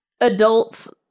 adults